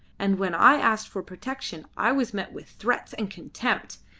and when i asked for protection i was met with threats and contempt,